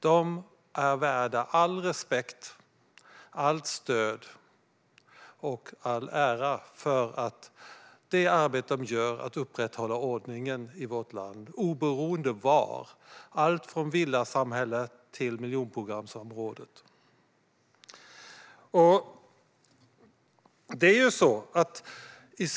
De är värda all respekt, allt stöd och all ära för det arbete de gör för att upprätthålla ordningen i vårt land, oberoende av var, i allt från villasamhället till miljonprogramsområdet.